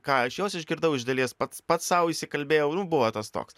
ką iš jos išgirdau iš dalies pats pats sau įsikalbėjau nu buvo tas toks